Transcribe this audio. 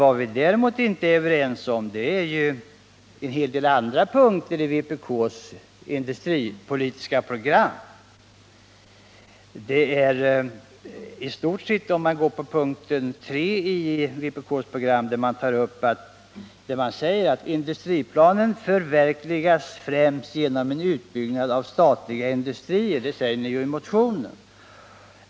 Vad vi däremot inte är överens om är en hel del andra punkter i vpk:s industripolitiska program. Under punkten 3 på programmet i vpk-motionen säger man: 3. Statliga industrier.